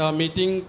meeting